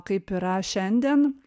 kaip yra šiandien